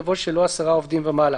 יבוא: שלו 10 עובדים ומעלה.